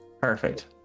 Perfect